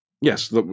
yes